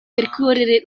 percorrere